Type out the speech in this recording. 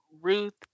Ruth